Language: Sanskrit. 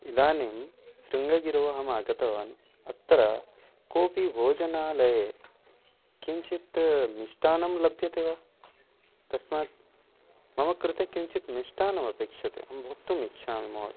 इदानीं शृङ्गगिरौ अहम् आगतवान् अत्र कोऽपि भोजनालये किञ्चित् मिष्टान्नं लभ्यते वा तस्मात् मम कृते किञ्चित् मिष्टान्नमपेक्षते अहं भोक्तुम् इच्छामि भो